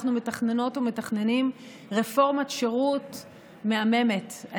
אנחנו מתכננות ומתכננים רפורמת שירות מהממת.